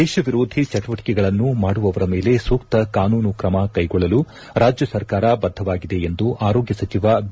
ದೇಶ ವಿರೋಧಿ ಚಟುವಟಿಕೆಗಳನ್ನು ಮಾಡುವವವರ ಮೇಲೆ ಸೂಕ್ತ ಕಾನೂನು ಕ್ರಮ ಕೈಗೊಳ್ಳಲು ರಾಜ್ಯ ಸರ್ಕಾರ ಭದ್ದವಾಗಿದೆ ಎಂದು ಆರೋಗ್ಯ ಸಚಿವ ಬಿ